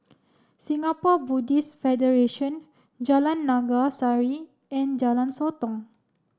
Singapore Buddhist Federation Jalan Naga Sari and Jalan Sotong